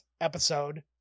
episode